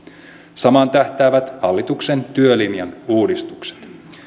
samaan tähtäävät hallituksen työlinjan uudistukset